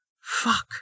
Fuck